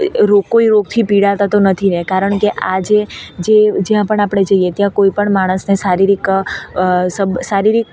રોગ કોઈ રોગથી પીડાતા તો નથી ને કારણ કે આજે જે જ્યાં પણ આપણે જઈએ ત્યાં કોઈપણ માણસને શારીરિક શારીરિક